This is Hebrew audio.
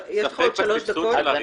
אתה מטיל ספק בסבסוד של הריבית?